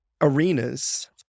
arenas